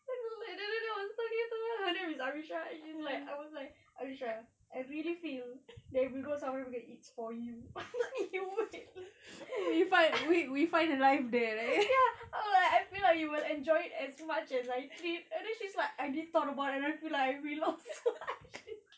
like the other day I was talking to her her name is amisyah and she's like I was like amisyah I really feel that we go somewhere it's for you ya I feel like you will enjoy it as much as I think and then she's like I did thought about it and I feel like I belong